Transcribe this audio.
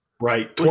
Right